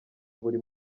buri